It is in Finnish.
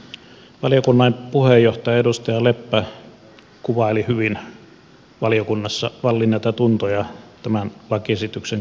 valiokunnan puheenjohtaja edustaja leppä kuvaili hyvin valiokunnassa vallinneita tuntoja tämän lakiesityksen käsittelyssä